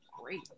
great